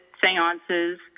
seances